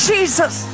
Jesus